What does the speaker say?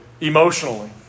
emotionally